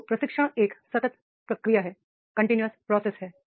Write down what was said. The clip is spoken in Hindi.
तो प्रशिक्षण एक कंटीन्यूअस प्रोसेस है